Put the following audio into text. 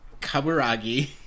Kaburagi